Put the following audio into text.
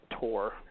tour